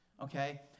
Okay